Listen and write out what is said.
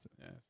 yes